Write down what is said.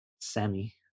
sammy